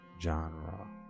genre